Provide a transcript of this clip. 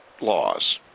laws